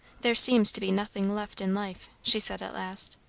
there seems to be nothing left in life, she said at last.